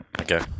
Okay